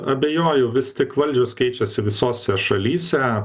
abejoju vis tik valdžios keičiasi visose šalyse